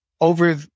over